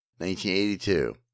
1982